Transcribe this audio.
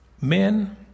men